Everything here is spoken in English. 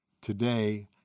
Today